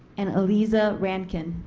and eliza rankin.